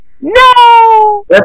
No